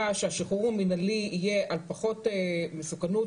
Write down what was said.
שהשחרור המינהלי יהיה על פחות מסוכנות,